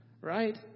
right